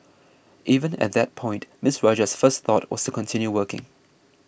even at that point Ms Rajah's first thought was continue working